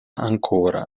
ancora